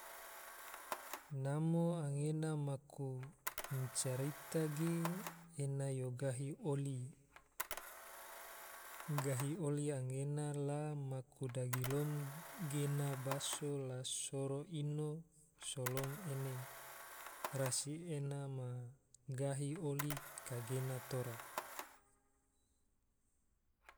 Namo angena maku carita ge, ena yo gahi oli, gahi anggena la maku dagilom gena baso la soro ino, solom ene, rasi ena ma gahi oli kagena tora